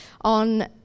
on